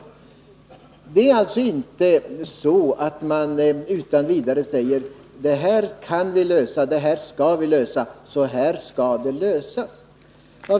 Man säger alltså inte att ”det här kan och skall vi lösa, och så här skall det lösas”.